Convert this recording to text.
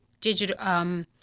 digital